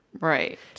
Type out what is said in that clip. Right